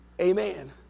Amen